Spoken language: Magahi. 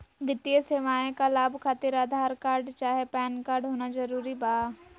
वित्तीय सेवाएं का लाभ खातिर आधार कार्ड चाहे पैन कार्ड होना जरूरी बा?